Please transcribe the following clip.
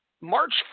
March